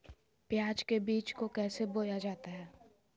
प्याज के बीज को कैसे बोया जाता है?